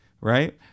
right